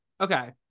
Okay